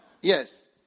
Yes